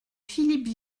philippe